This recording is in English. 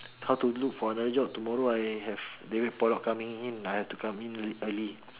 how to look for other job tomorrow I have david-pollock coming in I have to come in early